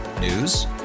News